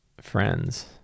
friends